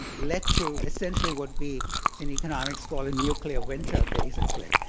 led to essentially what we in economics call a nuclear winter, basically.